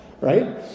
right